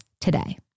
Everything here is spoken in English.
today